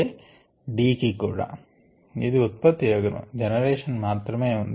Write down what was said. అలాగే D కి కూడా ఇది ఉత్పత్తి అగును జెనరేషన్ మాత్రమే ఉంది